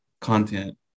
content